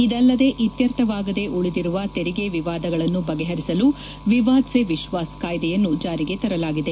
ಇದಲ್ಲದೆ ಇತ್ಯರ್ಥವಾಗದೇ ಉಳಿದಿರುವ ತೆರಿಗೆ ವಿವಾದಗಳನ್ನು ಬಗೆಹರಿಸಲು ವಿವಾದ್ ಸೇ ವಿಶ್ವಾ ಸ್ ಕಾಯ್ದೆಯನ್ನು ಜಾರಿಗೆ ತರಲಾಗಿದೆ